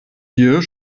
hier